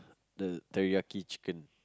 the teriyaki chicken